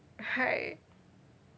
right